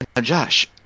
Josh